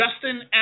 Justin